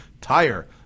TIRE